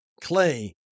clay